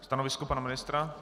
Stanovisko pana ministra?